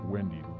Wendy